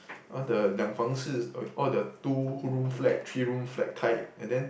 all the 两房式 all the two room flat three room flat kind and then